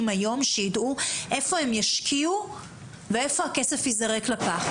שידעו היכן הם ישקיעו והיכן הכסף ייזרק לפח.